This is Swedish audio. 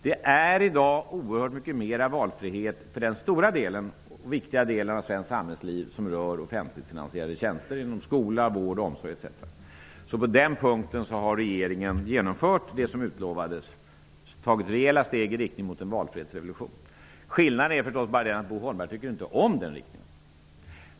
Det är i dag oerhört mycket mera valfrihet för den stora och viktiga del av svenskt samhällsliv som rör offentligfinansierade tjänster inom skola, vård, omsorg, etc. På den punkten har regeringen genomfört vad som utlovades och tagit rejäla steg i riktning mot en valfrihetsrevolution. Skillnaden är förstås bara den att Bo Holmberg inte tycker om den riktningen.